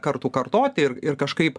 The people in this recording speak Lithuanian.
kartų kartoti ir ir kažkaip